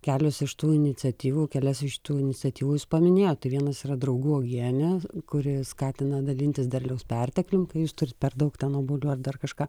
kelios iš tų iniciatyvų kelias iš tų iniciatyvų jūs paminėtot tai vienas yra draugų uogienė kuri skatina dalintis derliaus perteklium kai jūs turit per daug ten obuolių ar dar kažką